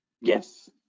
Yes